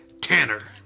Tanner